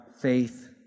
faith